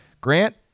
Grant